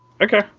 Okay